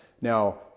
Now